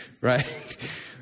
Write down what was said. right